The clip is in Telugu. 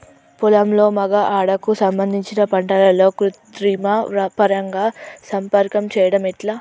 పొలంలో మగ ఆడ కు సంబంధించిన పంటలలో కృత్రిమ పరంగా సంపర్కం చెయ్యడం ఎట్ల?